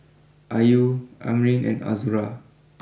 are you Amrin and Azura